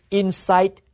inside